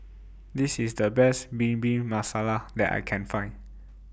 This IS The Best Bhindi Masala that I Can Find